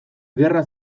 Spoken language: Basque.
gerra